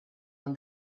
when